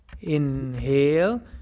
Inhale